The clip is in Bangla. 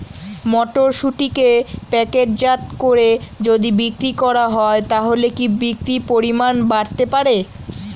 মটরশুটিকে প্যাকেটজাত করে যদি বিক্রি করা হয় তাহলে কি বিক্রি পরিমাণ বাড়তে পারে?